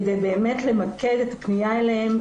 כדי באמת למקד את הפניה אליהם,